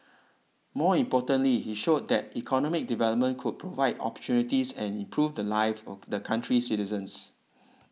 more importantly he showed that economic development could provide opportunities and improve the lives of the country's citizens